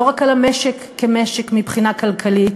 לא רק על המשק כמשק מבחינה כלכלית